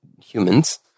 humans